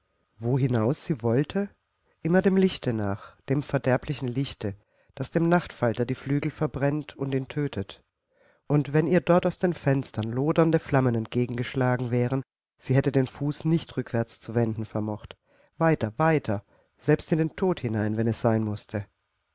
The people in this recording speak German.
wo hinaus sie wollte immer dem lichte nach dem verderblichen lichte das dem nachtfalter die flügel verbrennt und ihn tötet und wenn ihr dort aus den fenstern lodernde flammen entgegengeschlagen wären sie hätte den fuß nicht rückwärts zu wenden vermocht weiter weiter selbst in den tod hinein wenn es sein mußte